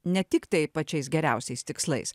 ne tik tai pačiais geriausiais tikslais